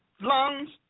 lungs